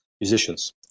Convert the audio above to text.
musicians